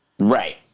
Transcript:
Right